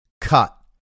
cut